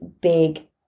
big